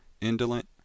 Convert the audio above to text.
indolent